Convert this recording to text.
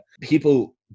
people